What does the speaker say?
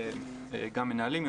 זה גם מנהלים,